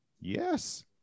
Yes